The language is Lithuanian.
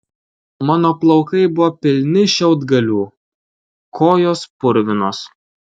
mano plaukai buvo pilni šiaudgalių kojos purvinos